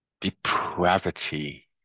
depravity